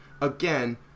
again –